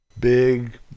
big